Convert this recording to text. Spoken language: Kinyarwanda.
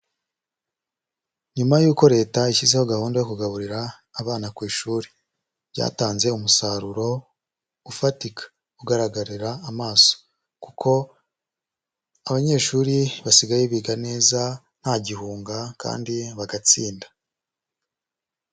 Nyuma y'uko Leta ishyizeho gahunda yo kugaburira abana ku ishuri, byatanze umusaruro ufatika, ugaragarira amaso kuko abanyeshuri basigaye biga neza nta gihunga kandi bagatsinda.